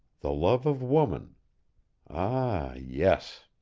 the love of woman ah yes.